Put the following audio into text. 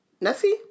Nessie